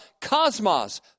cosmos